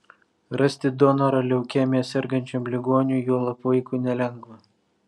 rasti donorą leukemija sergančiam ligoniui juolab vaikui nelengva